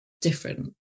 different